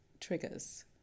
triggers